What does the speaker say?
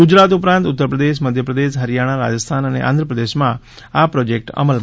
ગુજરાત ઉપરાંત ઉત્તરપ્રદેશ મધ્યપ્રદેશ હરિયાણા રાજસ્થાન અને આંધ્રપ્રદેશમાં આ પ્રોજેક્ટ અમલમાં મૂકાશે